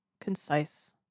concise